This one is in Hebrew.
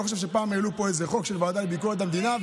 אני לא חושב שפעם העלו פה איזה חוק של הוועדה לביקורת המדינה,